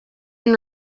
been